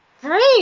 Great